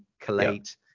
collate